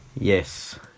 Yes